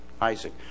Isaac